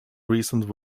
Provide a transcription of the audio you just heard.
recent